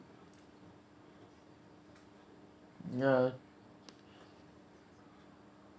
ya